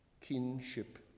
kinship